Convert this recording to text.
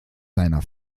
seiner